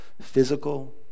physical